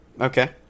Okay